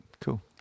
Cool